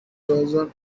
dozen